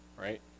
right